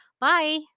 Bye